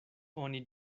oni